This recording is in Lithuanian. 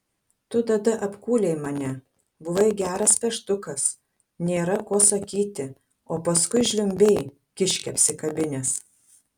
tu tada apkūlei mane buvai geras peštukas nėra ko sakyti o paskui žliumbei kiškį apsikabinęs